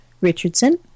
Richardson